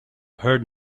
heard